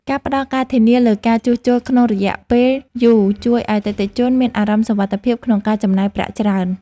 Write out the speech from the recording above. ការផ្តល់ការធានាលើការជួសជុលក្នុងរយៈពេលយូរជួយឱ្យអតិថិជនមានអារម្មណ៍សុវត្ថិភាពក្នុងការចំណាយប្រាក់ច្រើន។